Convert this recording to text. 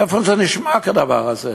איפה נשמע כדבר הזה